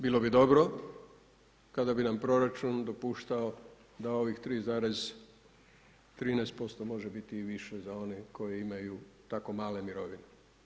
Bilo bi dobro kada bi nam proračun dopuštao da ovih 3,13% može biti i više za one koji imaju tako male mirovine.